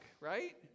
right